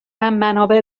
منابع